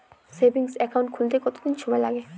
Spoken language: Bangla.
সেভিংস একাউন্ট খুলতে কতদিন সময় লাগে?